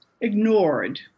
ignored